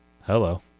Hello